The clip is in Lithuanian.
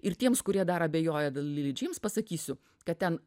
ir tiems kurie dar abejoja dėl lili džeims pasakysiu kad ten